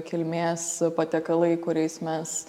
kilmės patiekalai kuriais mes